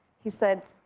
he said,